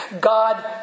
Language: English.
God